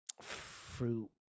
fruit